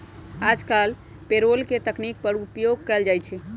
याजकाल पेरोल के तकनीक पर उपयोग कएल जाइ छइ